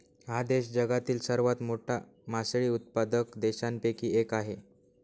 हा देश जगातील सर्वात मोठा मासळी उत्पादक देशांपैकी एक आहे